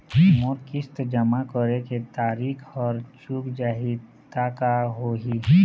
मोर किस्त जमा करे के तारीक हर चूक जाही ता का होही?